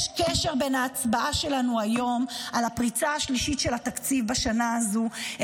יש קשר בין ההצבעה שלנו היום על הפריצה השלישית של התקציב בשנה הזאת,